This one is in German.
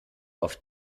oft